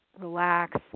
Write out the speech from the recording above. relax